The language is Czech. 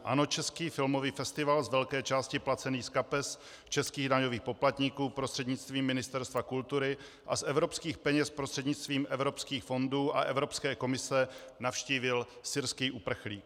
Ano, český filmový festival, z velké části placený z kapes českých daňových poplatníků prostřednictvím Ministerstva kultury a z evropských peněz prostřednictvím evropských fondů a Evropské komise, navštívil syrský uprchlík.